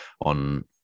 on